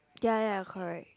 ya ya correct